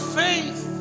faith